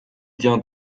tient